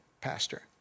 Pastor